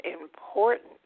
important